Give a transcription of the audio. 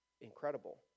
incredible